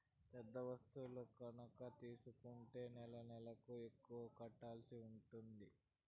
పెద్ద వస్తువు గనక తీసుకుంటే నెలనెలకు ఎక్కువ కట్టాల్సి ఉంటది